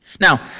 Now